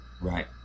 Right